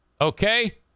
Okay